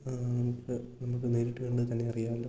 നമുക്ക് നമുക്ക് നേരിട്ട് കണ്ടുതന്നെ അറിയാമല്ലോ